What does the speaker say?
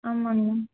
ஆமாம்ங்கண்ணா